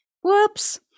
Whoops